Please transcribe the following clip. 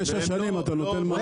תשע שנים שאתה נותן מענה.